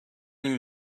این